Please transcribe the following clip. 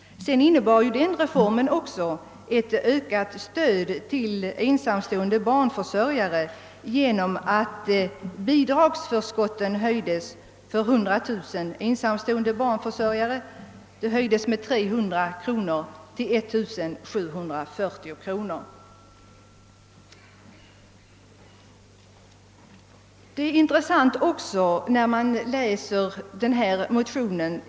Sedan kan nämnas att denna reform också innebar ett ökat stöd till ensamstående barnförsörjare därigenom att bidragsförskotten till 100 000 ensamstående barnförsörjare höjdes med 300 kronor till 1 740 kronor. Det är intressant att läsa mittenpartiernas motion.